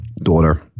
daughter